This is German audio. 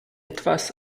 etwas